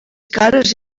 cares